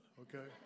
okay